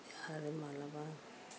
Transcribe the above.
आरो मालाबा